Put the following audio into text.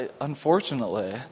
unfortunately